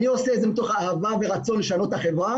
אני עושה את זה מתוך אהבה ורצון לשנות את החברה